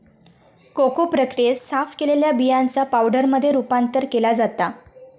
cocoa प्रक्रियेत, साफ केलेल्या बियांचा पावडरमध्ये रूपांतर केला जाता